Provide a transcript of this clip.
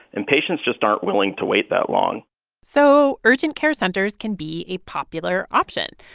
and patients just aren't willing to wait that long so urgent care centers can be a popular option.